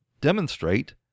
demonstrate